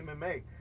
MMA